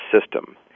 system